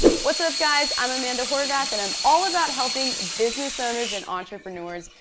what's up guys? i'm amanda horvath, and i'm all about helping business owners and entrepreneurs,